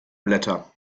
blätter